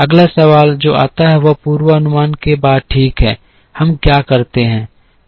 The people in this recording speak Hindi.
अगला सवाल जो आता है वह पूर्वानुमान के बाद ठीक है हम क्या करते हैं